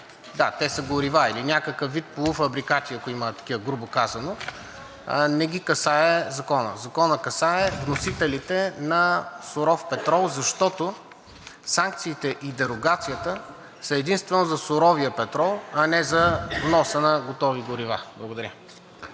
да, те са горива или някакъв вид полуфабрикати, ако има, грубо казано, не ги касае Законът. Законът касае вносителите на суров петрол, защото санкциите и дерогацията са единствено за суровия петрол, а не за вноса на готови горива. Благодаря.